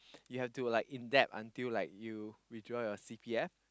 you have to like in debt until like you withdraw your C_P_F